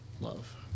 love